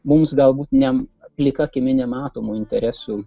mums galbūt ne plika akimi nematomų interesų